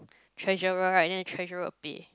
treasurer right then the treasurer will pay